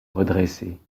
redresser